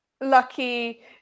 lucky